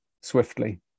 swiftly